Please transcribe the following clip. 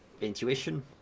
intuition